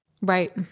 Right